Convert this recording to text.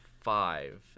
five